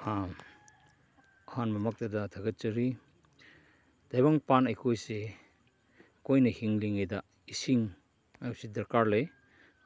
ꯑꯍꯥꯟꯕꯃꯛꯇꯗ ꯊꯥꯒꯠꯆꯔꯤ ꯇꯥꯏꯕꯪꯄꯥꯟ ꯑꯩꯈꯣꯏꯁꯦ ꯑꯩꯈꯣꯏꯅ ꯍꯤꯡꯂꯤꯉꯩꯗ ꯏꯁꯤꯡ ꯍꯥꯏꯕꯁꯤ ꯗꯔꯀꯥꯔ ꯂꯩ